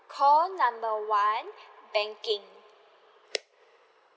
call number one banking